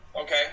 okay